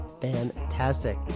Fantastic